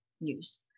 news